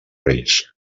reis